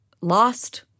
lost